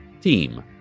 Team